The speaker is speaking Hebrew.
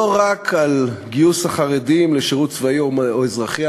לא רק על גיוס החרדים לשירות צבאי או אזרחי.